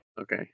Okay